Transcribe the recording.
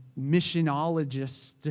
missionologists